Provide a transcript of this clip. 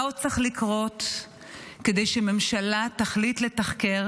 מה עוד צריך לקרות כדי שממשלה תחליט לתחקר